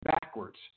backwards